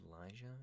Elijah